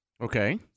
Okay